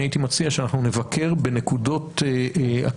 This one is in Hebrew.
אני הייתי מציע שאנחנו נבקר בנקודות הקליטה.